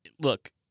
Look